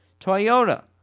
Toyota